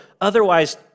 otherwise